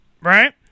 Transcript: right